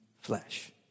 flesh